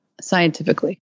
scientifically